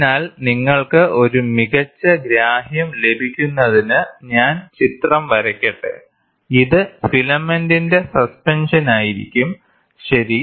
അതിനാൽ നിങ്ങൾക്ക് ഒരു മികച്ച ഗ്രാഹ്യം ലഭിക്കുന്നതിന് ഞാൻ ചിത്രം വരയ്ക്കട്ടെ ഇത് ഫിലമെന്റിന്റെ സസ്പെൻഷനായിരിക്കും ശരി